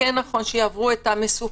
אל תשפוך את התינוק עם המים.